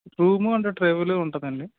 room and ట్రావెలే ఉంటుందండి